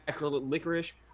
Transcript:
licorice